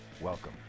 welcome